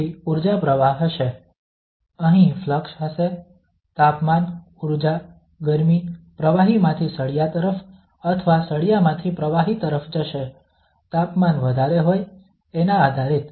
પછી ઊર્જા પ્રવાહ હશે અહીં ફ્લક્ષ હશે તાપમાન ઊર્જા ગરમી પ્રવાહીમાંથી સળિયા તરફ અથવા સળિયામાંથી પ્રવાહી તરફ જશે તાપમાન વધારે હોય એના આધારિત